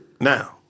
Now